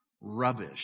rubbish